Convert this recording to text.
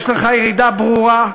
יש לך ירידה ברורה.